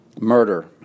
murder